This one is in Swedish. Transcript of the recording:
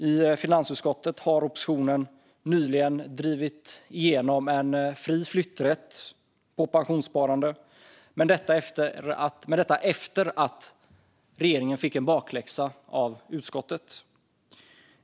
I finansutskottet har oppositionen nyligen drivit igenom fri flytträtt på pensionssparande, dock efter att regeringen fick bakläxa av utskottet.